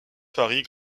paris